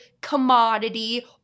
commodity